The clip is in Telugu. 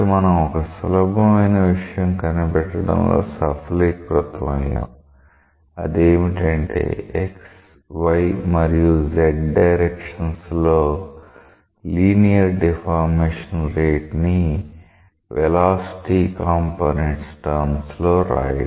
మనం ఒక సులభమైన విషయం కనిపెట్టడంలో సఫలీకృతం అయ్యాం అదేమిటంటే x y మరియు z డైరెక్షన్స్ లో లీనియర్ డిఫార్మేషన్ రేట్ ని వెలాసిటీ కాంపోనెంట్స్ టర్మ్స్ లో వ్రాయడం